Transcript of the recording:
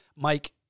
Mike